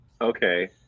Okay